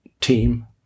team